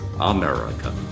America